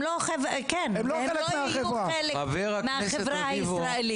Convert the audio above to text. כן, הם לא יהיו חלק מהחברה הישראלית.